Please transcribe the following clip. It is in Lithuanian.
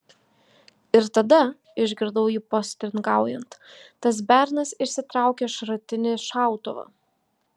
ir tada išgirdau jį postringaujant tas bernas išsitraukia šratinį šautuvą